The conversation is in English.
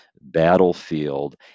battlefield